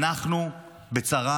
אנחנו בצרה.